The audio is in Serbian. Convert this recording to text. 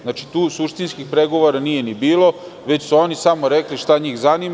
Znači, tu suštinskih pregovora nije ni bilo, već su oni samo rekli šta njih zanima.